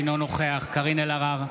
אינו נוכח קארין אלהרר,